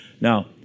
Now